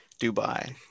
dubai